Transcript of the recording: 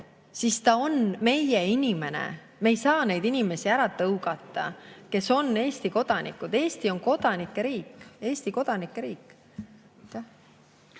siis ta on meie inimene. Me ei saa neid inimesi ära tõugata, kes on Eesti kodanikud. Eesti on kodanike riik, Eesti kodanike riik.